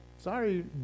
sorry